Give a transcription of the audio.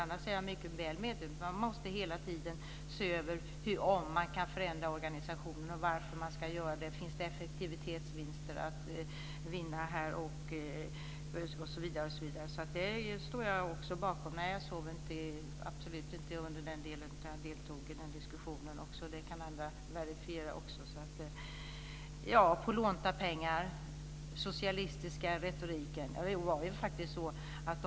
Jag är mycket väl medveten om att man hela tiden måste se över om man kan förändra organisationen, varför man ska göra det, om det finns effektivitetsvinster att göra osv. Det står jag också bakom. Nej, jag sov absolut inte, utan jag deltog i den diskussionen också. Det kan andra verifiera. Ragnwi Marcelind pratar om lånta pengar och socialistisk retorik.